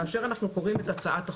כאשר אנחנו קוראים את הצעת החוק,